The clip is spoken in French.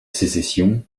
sécession